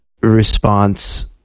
response